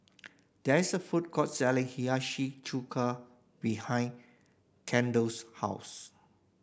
there is a food court selling Hiyashi Chuka behind Kendall's house